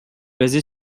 basé